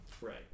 Right